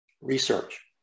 research